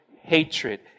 hatred